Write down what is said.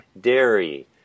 dairy